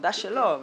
עבודה שלו.